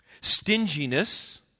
stinginess